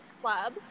Club